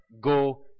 go